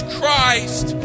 Christ